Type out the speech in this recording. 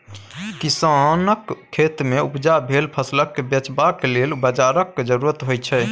किसानक खेतमे उपजा भेल फसलकेँ बेचबाक लेल बाजारक जरुरत होइत छै